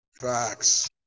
Facts